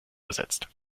ersetzt